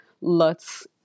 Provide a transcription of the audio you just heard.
lots